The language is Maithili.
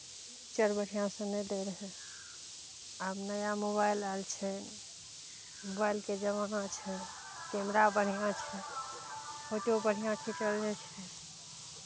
पिक्चर बढ़िआँसँ नहि दै रहै आब नया मोबाइल आयल छै मोबाइलके जमाना छै कैमरा बढ़िआँ छै फोटो बढ़िआँ खीचल जाइ छै